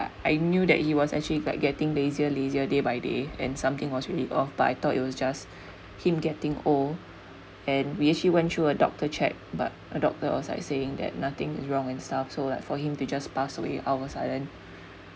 I knew that he was actually quite getting lazier lazier day by day and something was really off but I thought it was just him getting old and we actually went through a doctor checked but a doctor was like saying that nothing is wrong and stuff so like for him to just pass away hours I was like then